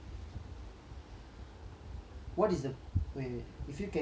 what is the wait wait wait if you can instantly master three new skills